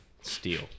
steel